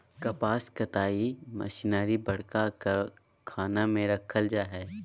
कपास कताई मशीनरी बरका कारखाना में रखल जैय हइ